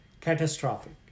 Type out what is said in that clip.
catastrophic